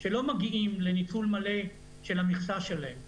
שלא מגיעים לניצול מלא של המכסה שלהם.